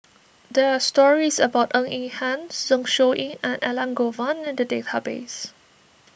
there are stories about Ng Eng Hen Zeng Shouyin and Elangovan in the database